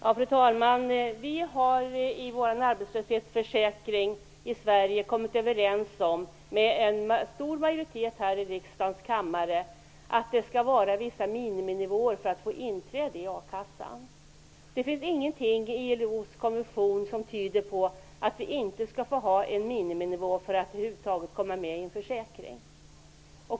Fru talman! Vi har i vår arbetslöshetsförsäkring i Sverige kommit överens om, med en stor majoritet här i riksdagens kammare, att det skall vara vissa miniminivåer för att man skall få inträde i a-kassan. Det finns ingenting i ILO:s konvention som tyder på att vi inte skall få ha en miniminivå för att man över huvud taget skall komma med i en försäkring.